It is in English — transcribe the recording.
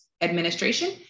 administration